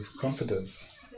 confidence